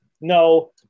No